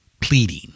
pleading